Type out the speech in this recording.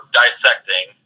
dissecting